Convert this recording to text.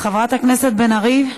חברת הכנסת בן ארי.